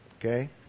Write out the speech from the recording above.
Okay